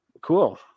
Cool